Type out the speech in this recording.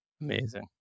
amazing